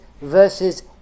versus